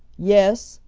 yes,